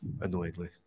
annoyingly